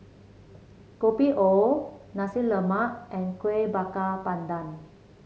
Kopi O Nasi Lemak and Kuih Bakar Pandan